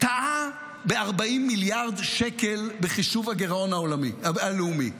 טעה ב-40 מיליארד שקל בחישוב הגירעון הלאומי.